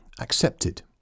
accepted